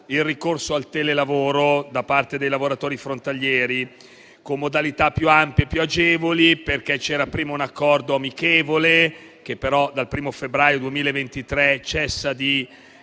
il ricorso al telelavoro da parte dei lavoratori frontalieri con modalità più ampie e più agevoli. Vi era un accordo amichevole, che però, dal 1° febbraio 2023, cioè da